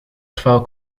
trwała